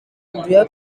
andrea